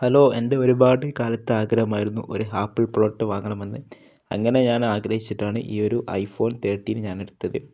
hello എൻ്റെ ഒരുപാട് കാലത്ത് ആഗ്രഹമായിരുന്നു ഒരു ആപ്പിൾ പ്രോഡക്റ്റ് വാങ്ങണമെന്ന് അങ്ങനെ ഞാൻ ആഗ്രഹിച്ചിട്ടാണ് ഈ ഒരു ഐ ഫോൺ തേർട്ടീൻ ഞാൻ എടുത്തത്